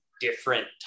different